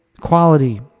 quality